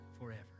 forever